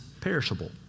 perishable